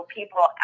people